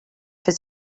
his